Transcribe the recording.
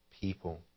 people